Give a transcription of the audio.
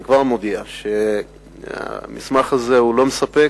אני כבר מודיע שהמסמך הזה לא מספק,